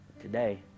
today